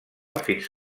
fins